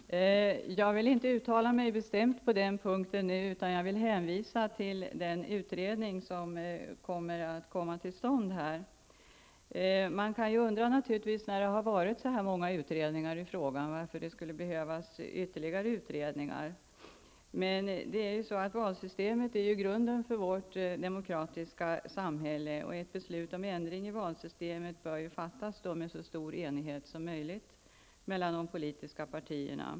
Fru talman! Jag vill nu inte uttala mig bestämt på den punkten, utan jag vill hänvisa till den utredning som kommer att komma till stånd. När det har tillsatts så många utredningar i denna fråga kan man undra varför det skulle behövas ytterligare utredningar. Men valsystemet utgör ju grunden för vårt demokratiska samhälle, och ett beslut om ändringar i valsystemet bör därför fattas i så stor enighet som möjligt mellan de politiska partierna.